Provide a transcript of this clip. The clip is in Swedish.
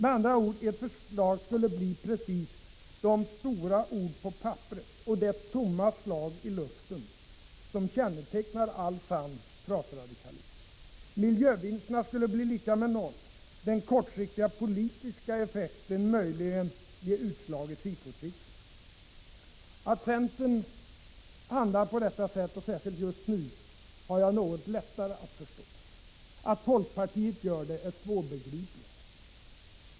Med andra ord: Ert förslag skulle bli precis de stora ord på papperet — och det tomma slag i luften — som kännetecknar all sann frasradikalism. Miljövinsterna skulle bli lika med noll, och den kortsiktiga politiska effekten möjligen utslag i SIFO-siffrorna. Att centern handlar på detta sätt — och särskilt just nu — har jag något lättare att förstå. Att folkpartiet gör det är svårbegripligare.